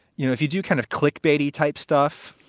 you know, if you do kind of click baity type stuff,